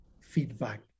feedback